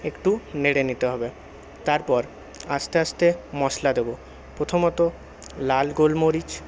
একটু নেড়ে নিতে হবে তারপর আস্তে আস্তে মশলা দেবো প্রথমত লাল গোলমরিচ